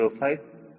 05 ಆಗುತ್ತದೆ